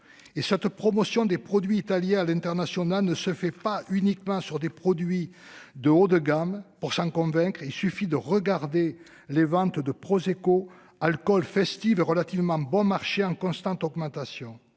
cette promotion des produits italiens à l'international ne se fait pas uniquement sur des produits de haut de gamme pour s'en convaincre, il suffit de regarder les ventes de prosecco alcool festive et relativement bon marché en constante augmentation,